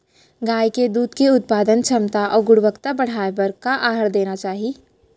गाय के दूध के उत्पादन क्षमता अऊ गुणवत्ता बढ़ाये बर का आहार देना चाही?